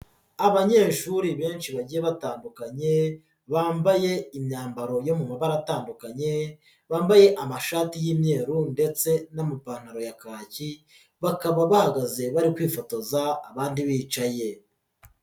Abanyeshuri benshi bagiye batandukanye, bambaye imyambaro yo mu mabara atandukanye, bambaye amashati y'imyeru ndetse n'amapantaro ya kakiyi, bakaba bahagaze bari kwifotoza abandi bicaye.